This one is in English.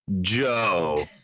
Joe